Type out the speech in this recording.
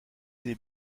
des